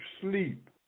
sleep